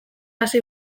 hasi